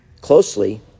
closely